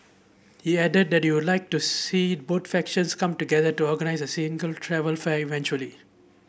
he added that he would like to see both factions come together to organise a single travel fair eventually